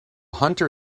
hunter